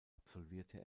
absolvierte